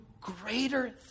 greater